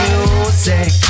Music